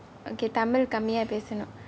okay tamil கம்மியாக பேசனும்:kammiyaaga pesanum